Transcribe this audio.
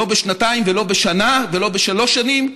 לא בשנתיים ולא בשנה ולא בשלוש שנים,